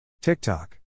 TikTok